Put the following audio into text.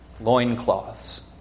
loincloths